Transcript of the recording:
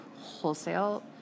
wholesale